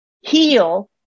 heal